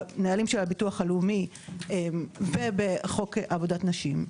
בנהלים של הביטוח הלאומי ובחוק עובדת נשים,